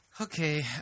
Okay